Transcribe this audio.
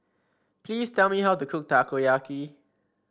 please tell me how to cook Takoyaki